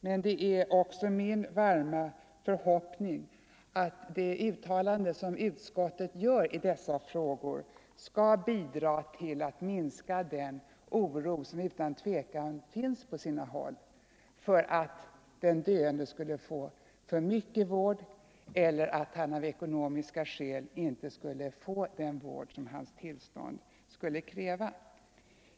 Men det är också min varma förhoppning att det uttalande som utskottet gör i dessa frågor skall bidra till att minska den oro som utan tvivel finns på sina håll för att den döende skulle få för mycket vård eller att han, av ekonomiska skäl, inte skulle få den vård som hans tillstånd kräver.